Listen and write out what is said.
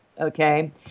okay